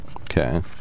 Okay